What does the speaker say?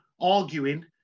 arguing